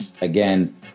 Again